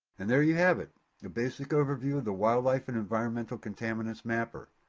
and there you have it a basic overview of the wildlife and environmental contaminants mapper.